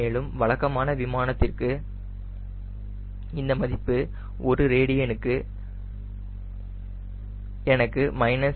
மேலும் வழக்கமான விமானத்திற்கு இந்த மதிப்பு ஒரு ரேடியனுக்கு எனக்கு 1